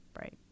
Right